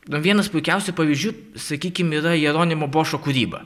vienas puikiausių pavyzdžių sakykim yra jeronimo bošo kūryba